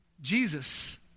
Jesus